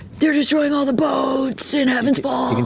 they're destroying all the boats in heaven's falls,